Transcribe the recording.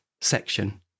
section